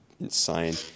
insane